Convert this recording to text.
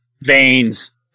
veins